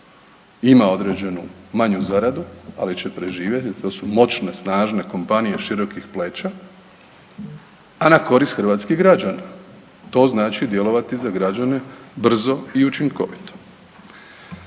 ima određenu manju zaradu ali će preživjeti. To su moćne, snažne kompanije širokih pleća a na korist hrvatskih građana. To znači djelovati za građane brzo i učinkovito.